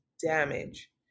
damage